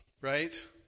right